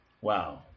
Wow